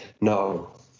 No